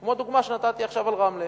כמו הדוגמה שנתתי עכשיו על רמלה.